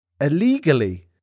Illegally